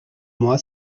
moi